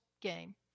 game